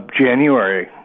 January